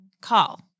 Call